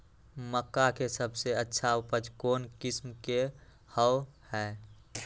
मक्का के सबसे अच्छा उपज कौन किस्म के होअ ह?